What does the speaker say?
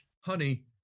honey